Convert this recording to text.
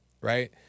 right